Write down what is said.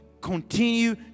continue